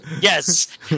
Yes